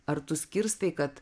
ar tu skirstai kad